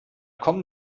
kommen